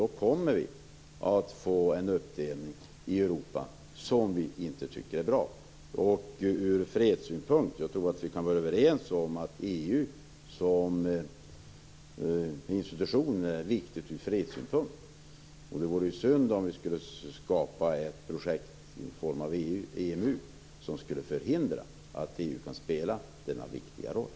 Då kommer vi att få en uppdelning i Europa som vi inte tycker är bra. Jag tror att vi kan vara överens om att EU som institution är viktig ur fredssynpunkt. Det vore synd om vi skulle skapa ett projekt i form av EMU som skulle förhindra att EU kan spela denna viktiga roll.